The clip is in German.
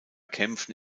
kämpfen